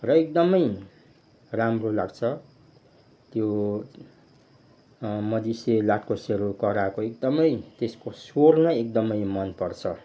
र एकदमै राम्रो लाग्छ मधेसि लाटोकोसेरो कराएको एकदमै त्यसको स्वर नै एकदमै मन पर्छ